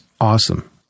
awesome